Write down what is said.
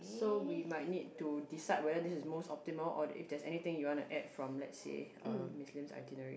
so we might need to decide whether this is most optimal or if there's anything you want to add from let's say uh Miss Lim's itinerary